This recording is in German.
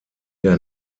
der